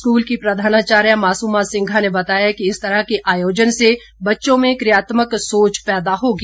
school की प्रधानाचार्या मासूमा सिंघा ने बताया कि इस तरह के आयोजन से बच्चों में कियात्मक सोच पैदा होगी